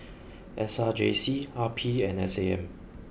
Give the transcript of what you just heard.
S R J C R P and S A M